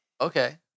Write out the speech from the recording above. Okay